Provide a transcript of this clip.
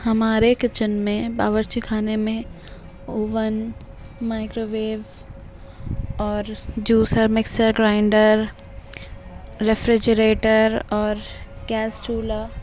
ہمارے کچن میں باورچی خانے میں اوون مائکرو ویو اور جوسر مکسر گرائنڈر ریفریجریٹر اور گیس چولہا